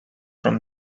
from